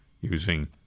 using